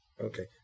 okay